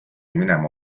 minema